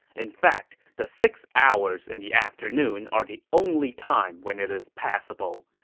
in fact, the six hours in the afternoon are the only time when it is passable.